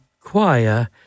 choir